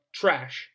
trash